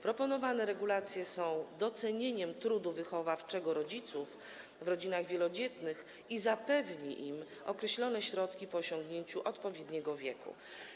Proponowane regulacje są wynikiem docenienia trudu wychowawczego rodziców w rodzinach wielodzietnych i pozwolą zapewnić im określone środki po osiągnięciu odpowiedniego wieku.